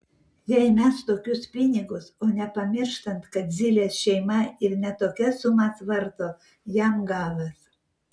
jei mes tokius pinigus o nepamirštant kad zylės šeima ir ne tokias sumas varto jam galas